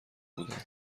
بودم